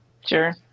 sure